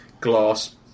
glass